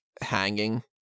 hanging